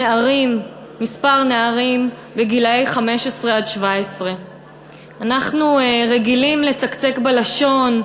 נערים בני 15 עד 17. אנחנו רגילים לצקצק בלשון,